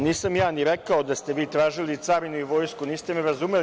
Nisam ja ni rekao da ste vi tražili carinu ni vojsku, niste me razumeli.